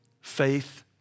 faith